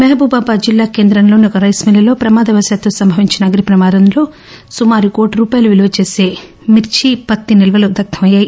మహబూబాబాద్ జిల్లా కేంద్రంలోని ఓ రైస్ మిల్లులో ప్రమాదవశాత్తు సంభవించిన అగ్ని ప్రమాదంలో సుమారు కోటి రూపాయల విలువ చేసే మిర్పి పత్తి నిల్వలు దగ్గమయ్యాయి